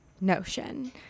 notion